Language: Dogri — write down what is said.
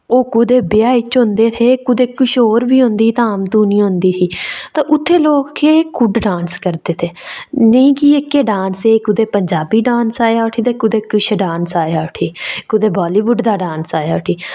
ओह् कुतै ब्याहे च होंदे हे कुतै किश होर बी होंदे हे कुतै धाम धूनी बी होंदी ही ते उत्थै लोक कुड्ड डांस करदे हे नेईं जी इक्कै डांस ऐ पंजाबी डांस आए उठी कुतै किश डांस आया उठी कुतै बालीबुड दा डांस आया उठी